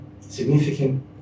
significant